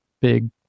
big